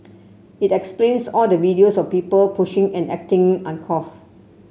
it explains all the videos of people pushing and acting uncouth